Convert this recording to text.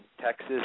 Texas